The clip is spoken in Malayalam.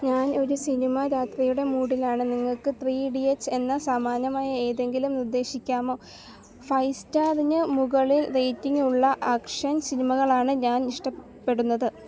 ഞാൻ ഒരു സിനിമ രാത്രിയുടെ മൂഡിലാണ് നിങ്ങൾക്ക് ത്രീ ഇഡിയറ്റ്സ് എന്നതിന് സമാനമായ എന്തെങ്കിലും നിർദ്ദേശിക്കാമോ ഫൈവ് സ്റ്റാറിന് മുകളിൽ റേറ്റിംഗ് ഉള്ള ആക്ഷൻ സിനിമകളാണ് ഞാൻ ഇഷ്ടപ്പെടുന്നത്